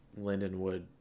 Lindenwood